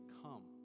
come